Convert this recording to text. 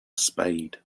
spade